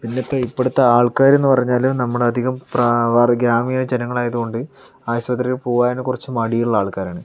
പിന്നെ ഇപ്പം ഇവിടുത്തെ ആൾക്കാരെന്നു പറഞ്ഞാൽ നമ്മൾ അധികം പ്രാ ഗ്രാമീണ ജനങ്ങളായതുകൊണ്ട് ആശുപത്രിയിൽ പോകാനും കുറച്ചു മടിയുള്ള ആൾക്കാരാണ്